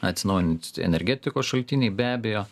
atsinaujinantys energetikos šaltiniai be abejo